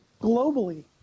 globally